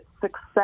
success